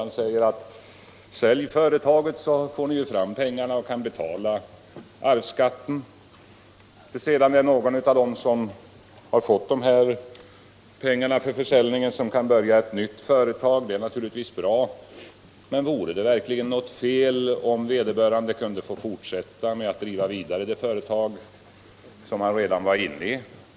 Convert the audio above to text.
Han säger: Sälj företaget, så får ni ju fram pengar och kan betala arvsskatten. Om sedan någon av dem som har fått pengar för försäljningen kan börja ett nytt företag är det naturligtvis bra. — Men vore det verkligen något fel om vederbörande kunde fortsätta att driva det företag som han redan var inne i?